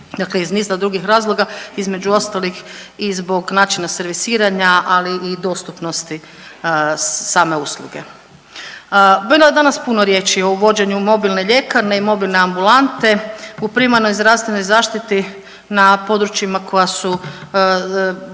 Dakle iz niza drugih razloga, između ostalih i zbog načina servisiranja, ali i dostupnosti same usluge. Bilo je danas puno riječi o uvođenju mobilne ljekarne i mobilne ambulante u primarnoj zdravstvenoj zaštiti na područjima koja su